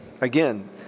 again